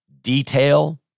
detail